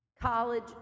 college